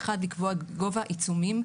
אחד, לקבוע גובה עיצומים